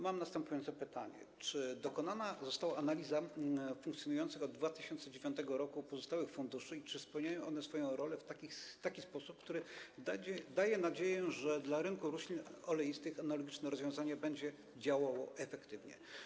Mam następujące pytanie: Czy została dokonana analiza funkcjonujących od 2009 r. pozostałych funduszy i czy spełniają one swoją rolę w taki sposób, który daje nadzieję, że dla rynku roślin oleistych analogiczne rozwiązanie będzie działało efektywnie?